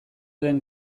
den